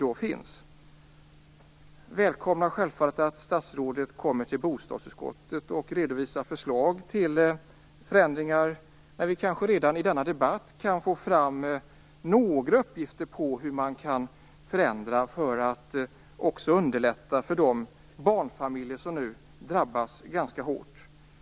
Jag välkomnar självfallet att statsrådet kommer till bostadsutskottet och redovisar förslag till förändringar, men vi kanske redan i denna debatt kan få fram några uppgifter om hur man kan förändra för att underlätta för de barnfamiljer som nu drabbas ganska hårt.